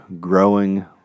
growing